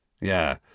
yeah